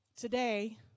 Today